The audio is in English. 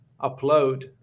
upload